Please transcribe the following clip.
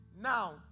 Now